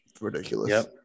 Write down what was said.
Ridiculous